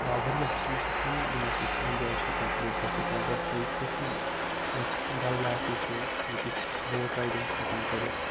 یا واریاہ چیٖز چھِ تِم یِمو سۭتۍ أسۍ اٮ۪نجاے چھِ ہٮ۪کان کٔرِتھ جیسے کہِ اگر تُہۍ تٔتی أسۍ ڈَل لیک وٕچھو ییٚتہِ أسۍ بوٹ رایڈِنٛگ چھِ ہٮ۪کان کٔرِتھ